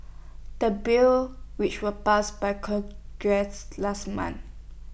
the bill which was passed by congress last month